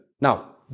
Now